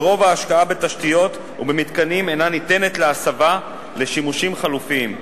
ורוב ההשקעה בתשתיות ובמתקנים אינה ניתנת להסבה לשימושים חלופיים,